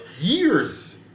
Years